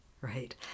right